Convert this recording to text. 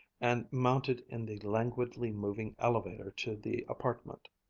and mounted in the languidly moving elevator to the appartement.